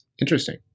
Interesting